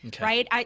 right